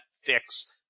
fix